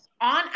On